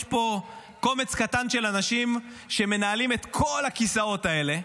יש פה קומץ קטן של אנשים שמנהלים את כל הכיסאות האלה,